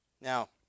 Now